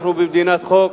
אנחנו במדינת חוק,